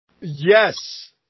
Yes